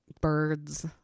Birds